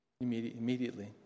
Immediately